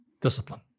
Discipline